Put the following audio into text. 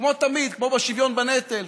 כמו תמיד, כמו בשוויון בנטל.